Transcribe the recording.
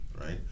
right